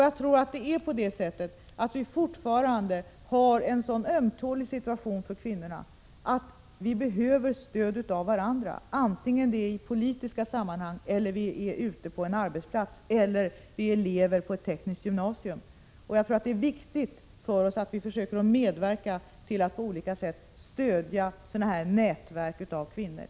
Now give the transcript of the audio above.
Jag tror att vi kvinnor fortfarande har en så ömtålig situation att vi behöver stöd av varandra, antingen det är i politiska sammanhang, ute på en arbetsplats eller som elever på ett tekniskt gymnasium. Det är viktigt för oss att medverka till att på olika sätt stödja sådana här nätverk av kvinnor.